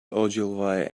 ogilvy